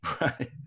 Right